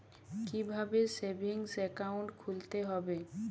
কীভাবে savings account খুলতে হবে?